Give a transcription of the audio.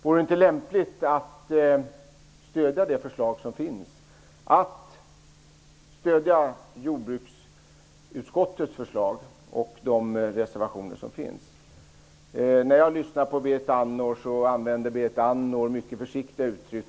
Vore det inte lämpligt att stödja det förslag som finns, att stödja jordbruksutskottets förslag och de reservationer som finns? Berit Andnor använde sig i sitt anförande av mycket försiktiga uttryck.